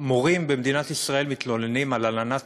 המורים במדינת ישראל מתלוננים על הלנת